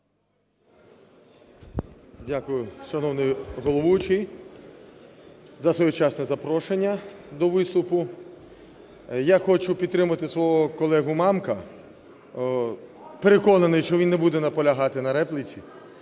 Дякую, шановний головуючий, за своєчасне запрошення до виступу. Я хочу підтримати свого колегу Мамку. Переконаний, що він не буде наполягати на репліці.